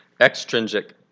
extrinsic